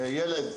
לילד,